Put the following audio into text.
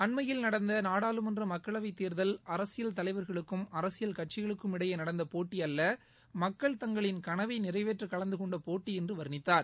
அண்மையில் நடந்த நாடாளுமன்ற மக்களவைத் தேர்தல் அரசியல் தலைவர்களுக்கும் அரசியல் கட்சிகளுக்கும் இடையே நடந்த போட்டி அல்ல மக்கள் தங்களின் கனவை நிறைவேற்ற கலந்துகொண்ட போட்டி என்று வர்ணித்தார்